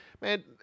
Man